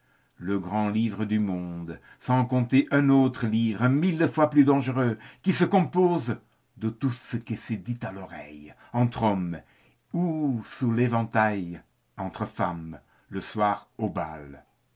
le grand livre du monde sans compter un autre livre mille fois plus dangereux qui se compose de tout ce qui se dit à l'oreille entre hommes ou sous l'éventail entre femmes le soir au bal